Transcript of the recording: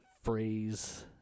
phrase